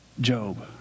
Job